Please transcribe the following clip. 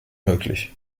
möglich